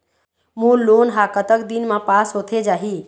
मोर loan हा कतक दिन मा पास होथे जाही?